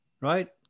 right